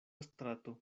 strato